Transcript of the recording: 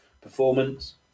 performance